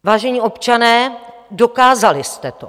Vážení občané, dokázali jste to.